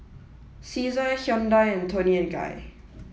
Cesar Hyundai and Toni and Guy